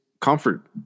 comfort